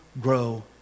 grow